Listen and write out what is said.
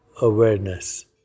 awareness